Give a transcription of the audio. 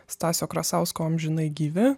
stasio krasausko amžinai gyvi